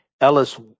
Ellis